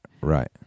Right